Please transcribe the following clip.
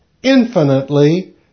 infinitely